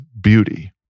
beauty